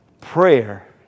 Prayer